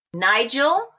Nigel